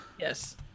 yes